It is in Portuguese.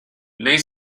nem